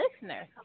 listeners